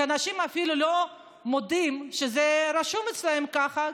שאנשים אפילו לא מודים שזה רשום אצלם ככה,